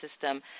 system